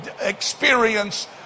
experience